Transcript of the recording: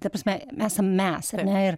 ta prasme esam mes ar ne ir